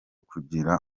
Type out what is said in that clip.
kugira